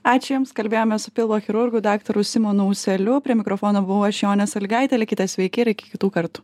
ačiū jums kalbėjomės su pilvo chirurgu daktaru simonu ūseliu prie mikrofono buvau aš jonė salygaitė likite sveiki ir iki kitų kartų